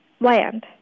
land